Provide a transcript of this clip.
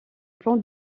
plan